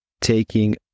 taking